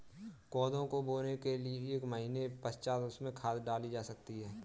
कोदो को बोने के एक महीने पश्चात उसमें खाद डाली जा सकती है